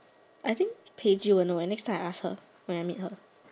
I think Paige would know eh next time I ask her when I meet her